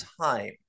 time